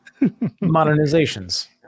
modernizations